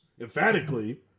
Emphatically